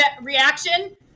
reaction